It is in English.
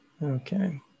Okay